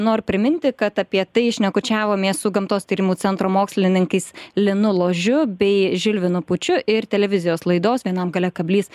noriu priminti kad apie tai šnekučiavomės su gamtos tyrimų centro mokslininkais linu ložiu bei žilvinu pučiu ir televizijos laidos vienam gale kablys